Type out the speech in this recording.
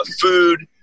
food